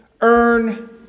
earn